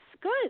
good